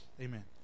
amen